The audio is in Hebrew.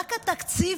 רק התקציב,